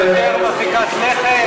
מרחיקת לכת?